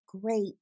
great